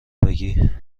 بگی